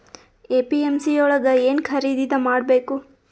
APMC ಯೊಳಗ ಏನ್ ಖರೀದಿದ ಮಾಡ್ಬೇಕು?